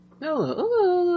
no